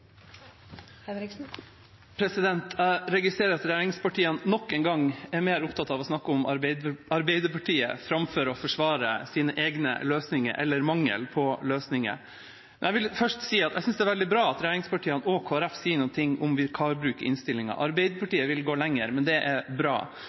mer opptatt av å snakke om Arbeiderpartiet enn å forsvare sine egne løsninger – eller mangel på løsninger. Jeg vil først si at jeg synes det er veldig bra at regjeringspartiene og Kristelig Folkeparti sier noe om vikarbruk i